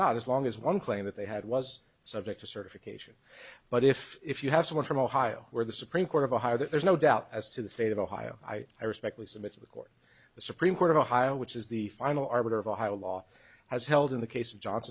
not as long as one claim that they had was subject to certification but if if you have someone from ohio where the supreme court of a higher there's no doubt as to the state of ohio i i respect we submit to the court the supreme court of a higher which is the final arbiter of ohio law has held in the case of jo